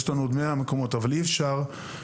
יש לנו עוד 100 מכסות אבל אי-אפשר ששחיין